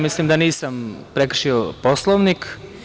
Mislim da nisam prekršio Poslovnik.